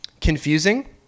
confusing